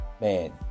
man